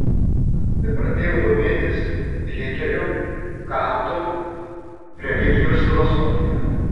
anksti pradėjau domėtis hėgeliu kantu religijos filosofija